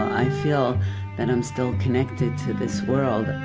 i feel that i'm still connected to this world.